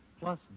plus